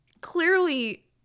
clearly